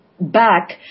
back